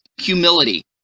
Humility